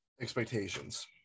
Expectations